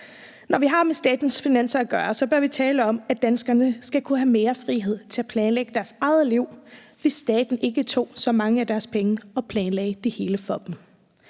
Når vi har med statens finanser at gøre, bør vi tale om, at danskerne kunne have mere frihed til at planlægge deres eget liv, hvis staten ikke tog så mange af deres penge og planlagde det hele for dem.